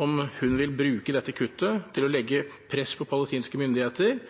om hun vil bruke dette kuttet til å legge press på palestinske myndigheter